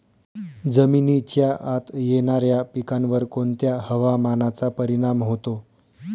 जमिनीच्या आत येणाऱ्या पिकांवर कोणत्या हवामानाचा परिणाम होतो?